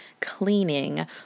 cleaning